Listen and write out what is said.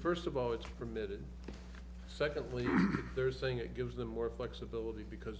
first of all it's permitted secondly they're saying it gives them more flexibility because